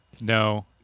No